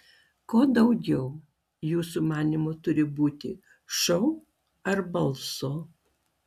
ko daugiau jūsų manymu turi būti šou ar balso